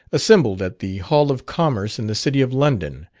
assembled at the hall of commerce in the city of london,